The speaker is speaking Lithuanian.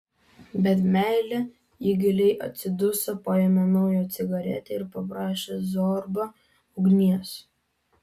bet meilė ji giliai atsiduso paėmė naują cigaretę ir paprašė zorbą ugnies